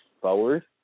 forward